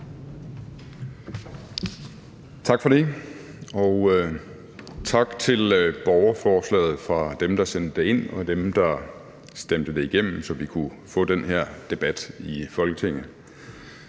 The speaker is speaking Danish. Tak for det. Og tak for borgerforslaget til dem, der sendte det ind, og dem, der stemte det igennem, så vi kunne få den her debat i Folketinget.